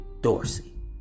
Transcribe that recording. Dorsey